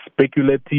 speculative